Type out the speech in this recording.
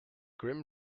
grim